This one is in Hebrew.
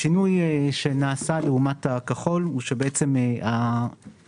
השינוי שנעשה לעומת הכחול הוא שבעצם ששווי